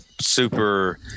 super